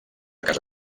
casa